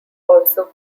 also